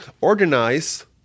organize